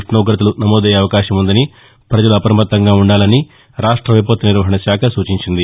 ఉష్ణోగ్రతలు నమోదయ్యే అవకాశముందని పజలు అప్రమత్తంగా వుండాలని రాష్ట విపత్తు నిర్వహణ శాఖ సూచించింది